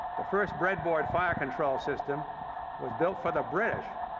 the first breadboard fire control system was built for the british,